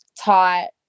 taught